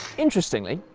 interestingly,